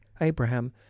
abraham